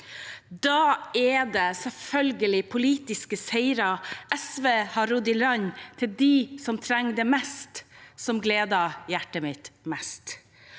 Da er det selvfølgelig politiske seirer SV har rodd i land for de som trenger det mest, som gleder hjertet mitt mest.